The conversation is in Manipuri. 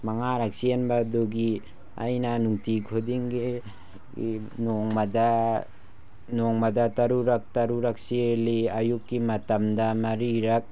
ꯃꯉꯥꯔꯛ ꯆꯦꯟꯕꯗꯨꯒꯤ ꯑꯩꯅ ꯅꯨꯡꯇꯤ ꯈꯨꯗꯤꯡꯒꯤ ꯅꯣꯡꯃꯗ ꯅꯣꯡꯃꯗ ꯇꯔꯨꯔꯛ ꯇꯔꯨꯔꯛ ꯆꯦꯜꯂꯤ ꯑꯌꯨꯛꯀꯤ ꯃꯇꯝꯗ ꯃꯔꯤꯔꯛ